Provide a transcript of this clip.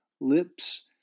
lips